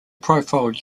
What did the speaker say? profile